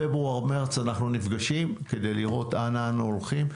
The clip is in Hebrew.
פברואר-מרץ אנחנו נפגשים כדי לראות אנה אנו הולכים.